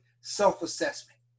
self-assessment